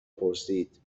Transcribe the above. پرسید